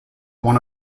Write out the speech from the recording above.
one